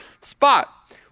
spot